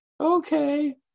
Okay